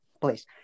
please